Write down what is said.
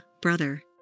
brother